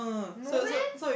no leh